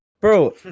Bro